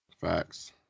Facts